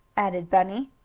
added bunny.